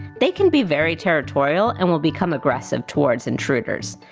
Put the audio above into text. they can be very territorial and will become aggressive towards intruders.